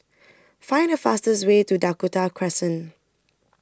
Find The fastest Way to Dakota Crescent